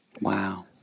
Wow